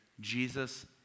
Jesus